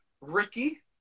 Ricky